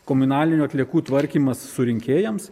komunalinių atliekų tvarkymas surinkėjams